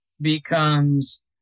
becomes